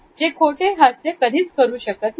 जे खोटे हास्य करू शकत नाही